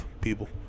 people